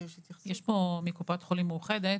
יש פה מקופת חולים מאוחדת.